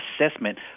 assessment